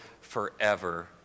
forever